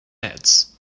heads